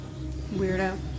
Weirdo